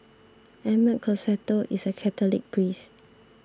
Emmett Costello is a Catholic priest